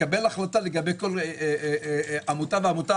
לקבל החלטה לגבי כל עמותה ועמותה